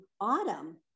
autumn